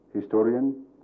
historian